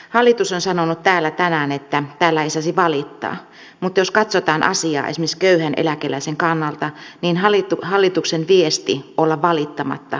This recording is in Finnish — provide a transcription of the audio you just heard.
hallitus on sanonut täällä tänään että täällä ei saisi valittaa mutta jos katsotaan asiaa esimerkiksi köyhän eläkeläisen kannalta niin hallituksen viesti olla valittamatta on kovin julma